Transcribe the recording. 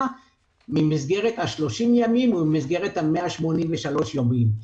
ממסגרת 30 הימים או ממסגרת 183 הימים.